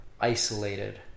isolated